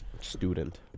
Student